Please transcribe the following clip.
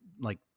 like-